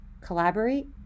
collaborate